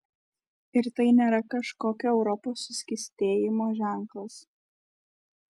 ir tai nėra kažkokio europos suskystėjimo ženklas